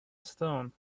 stone